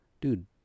dude